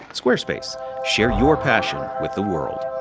squarespace share your passion with the world.